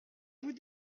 vous